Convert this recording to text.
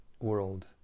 world